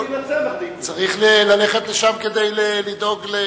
צריך ללכת לשם כדי לדאוג.